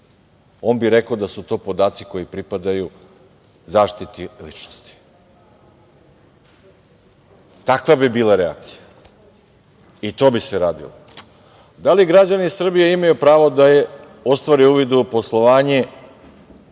on bi rekao da su to podaci koji pripadaju zaštiti ličnosti. Takva bi bila reakcija i to bi se radilo. Da li građani Srbije imaju pravo da ostvare uvid u poslovanje